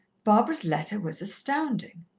barbara's letter was astounding.